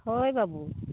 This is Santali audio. ᱦᱳᱭ ᱵᱟᱹᱵᱩ